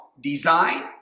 design